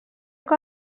que